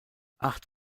acht